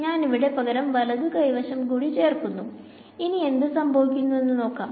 ഞാൻ ഇവിടെ പകരം വലതു കൈ വശം കൂടി ചേർക്കുന്നു ഇനി എന്ത് സംഭവിക്കുന്നു എന്നു നോക്കാം